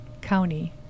county